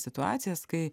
situacijas kai